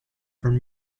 from